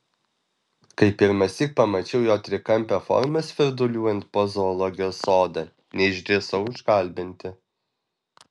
kai pirmąsyk pamačiau jo trikampę formą svirduliuojant po zoologijos sodą neišdrįsau užkalbinti